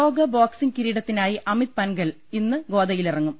ലോക ബോക്സിംഗ് കിരീടത്തിനായി അമിത് പൻഘൽ ഇന്ന് ഗോദയിലിറങ്ങും